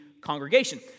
congregation